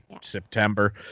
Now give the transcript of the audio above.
September